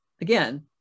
again